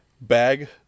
bag